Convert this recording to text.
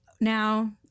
Now